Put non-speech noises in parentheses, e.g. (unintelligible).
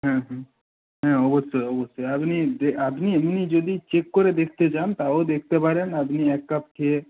হুম হুম হ্যাঁ অবশ্যই অবশ্যই আপনি (unintelligible) আপনি এমনি যদি চেক করে দেখতে চান তাও দেখতে পারেন আপনি এক কাপ খেয়ে